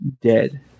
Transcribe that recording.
dead